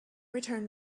returned